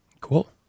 Cool